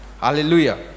Hallelujah